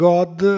God